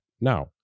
Now